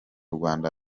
rwanda